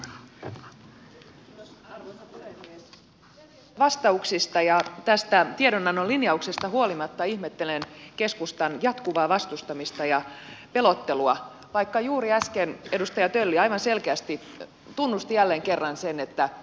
selkeistä vastauksista ja tästä tiedonannon linjauksesta huolimatta ihmettelen keskustan jatkuvaa vastustamista ja pelottelua vaikka juuri äsken edustaja tölli aivan selkeästi tunnusti jälleen kerran sen että uudistamista tarvitaan